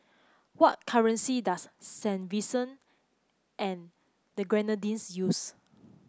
what currency does Saint Vincent and the Grenadines use